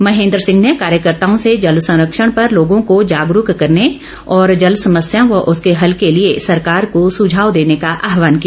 महेन्द्र सिंह ने कार्यकर्ताओं से जल संरक्षण पर लोगों को जागरूक करने और जल समस्या व उसके हल के लिए सरकार को सुझाव देने का आहवान किया